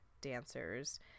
dancers